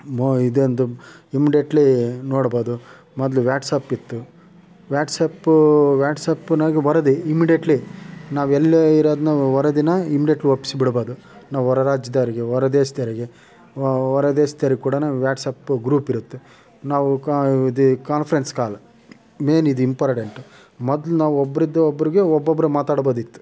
ಮೊ ಇದೊಂದು ಇಮ್ಡೆಟ್ಲಿ ನೋಡಬೋದು ಮೊದಲು ವ್ಯಾಟ್ಸಪ್ಪಿತ್ತು ವ್ಯಾಟ್ಸಪ್ಪು ವ್ಯಾಟ್ಸಪ್ದಾಗ ವರದಿ ಇಮ್ಡೆಟ್ಲಿ ನಾವು ಎಲ್ಲೇ ಇರೋದನ್ನು ವರದಿನ್ನು ಇಮ್ಡೆಟ್ಲಿ ಒಪ್ಪಿಸಿ ಬಿಡ್ಬೋದು ನಾವು ಹೊರ ರಾಜ್ಯದರಿಗೆ ಹೊರದೇಶ್ದರಿಗೆ ಹೊರದೇಶದರಿಗೆ ಕೂಡ ನಾವು ವ್ಯಾಟ್ಸಪ್ ಗ್ರೂಪಿರುತ್ತೆ ನಾವು ಕ ಇದು ಕಾನ್ಫರೆನ್ಸ್ ಕಾಲ್ ಮೇನ್ ಇದು ಇಪರ್ಟೆಂಟು ಮೊದ್ಲು ನಾವು ಒಬ್ರಿಂದ ಒಬ್ರಿಗೆ ಒಬ್ಬೊಬ್ರೆ ಮಾತಾಡ್ಬೋದಿತ್ತು